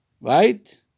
right